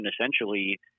essentially